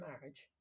marriage